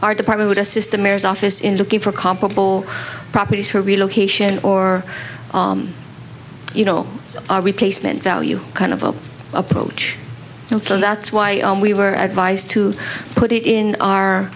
our department at a system as office in looking for comparable properties for relocation or you know our replacement value kind of the approach so that's why we were advised to put it in our